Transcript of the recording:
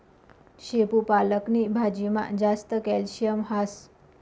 शेपू पालक नी भाजीमा जास्त कॅल्शियम हास